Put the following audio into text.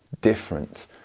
different